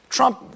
Trump